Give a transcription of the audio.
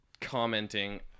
commenting